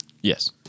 Yes